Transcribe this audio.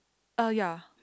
uh ya